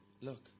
look